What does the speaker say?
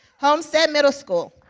homestead middle school.